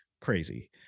crazy